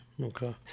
okay